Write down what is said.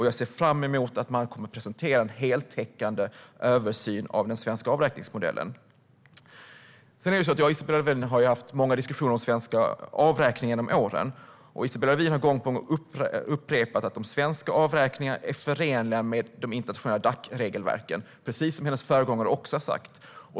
Jag ser fram emot att regeringen kommer att presentera en heltäckande översyn av den svenska avräkningsmodellen. Jag och Isabella Lövin har haft många diskussioner om den svenska avräkningen genom åren. Isabella Lövin har gång på gång upprepat att de svenska avräkningarna är förenliga med Dacs internationella regelverk - precis som hennes föregångare också har sagt.